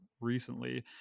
recently